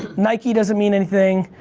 nike doesn't mean anything,